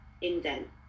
indent